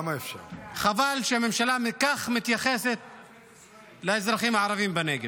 חבל שהממשלה מתייחסת כך לאזרחים הערבים בנגב.